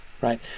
Right